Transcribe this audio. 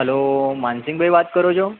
hello માનસિંગભઇ વાત કરો છો